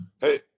hey